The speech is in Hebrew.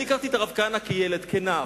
אני הכרתי את הרב כהנא כילד, כנער.